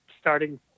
starting